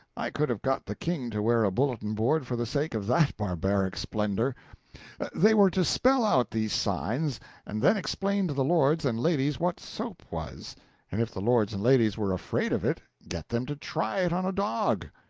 i could have got the king to wear a bulletin-board for the sake of that barbaric splendor they were to spell out these signs and then explain to the lords and ladies what soap was and if the lords and ladies were afraid of it, get them to try it on a dog.